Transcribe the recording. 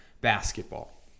basketball